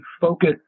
focus